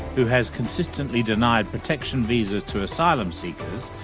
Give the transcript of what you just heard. who has consistently denied protection visas to asylum seekers,